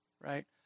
right